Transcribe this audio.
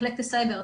מחלקת הסייבר,